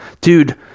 dude